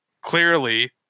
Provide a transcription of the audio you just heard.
Clearly